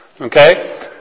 Okay